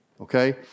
Okay